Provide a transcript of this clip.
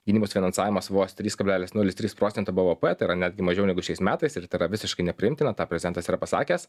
gynybos finansavimas vos trys kablelis nulis trys procento bvp tai yra netgi mažiau negu šiais metais ir tai yra visiškai nepriimtina tą prezentas yra pasakęs